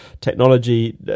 technology